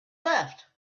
left